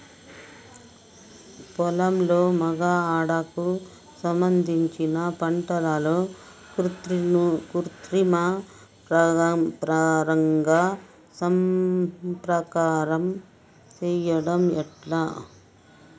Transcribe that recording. పొలంలో మగ ఆడ కు సంబంధించిన పంటలలో కృత్రిమ పరంగా సంపర్కం చెయ్యడం ఎట్ల?